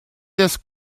this